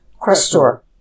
Crestor